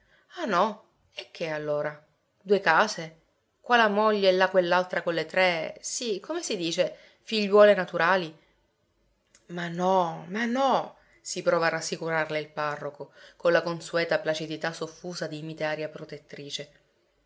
ah no e che allora due case qua la moglie e là quell'altra con le tre sì come si dice figliuole naturali ma no ma no si prova a rassicurarla il parroco con la consueta placidità soffusa di mite aria protettrice